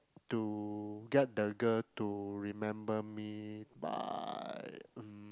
to get the girl to remember me by mm